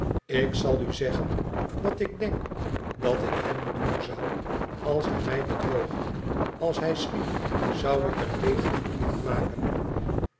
ik zal u zeggen wat ik denk dat ik hem doen zou als hij mij bedroog als hij sliep zou ik een lepel gloeiend maken